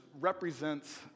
represents